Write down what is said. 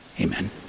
Amen